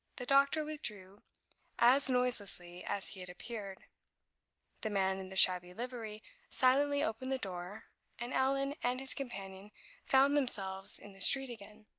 the doctor withdrew as noiselessly as he had appeared the man in the shabby livery silently opened the door and allan and his companion found themselves in the street again.